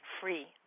free